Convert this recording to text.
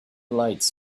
lights